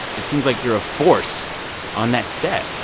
it seems like you're a force on that set.